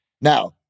now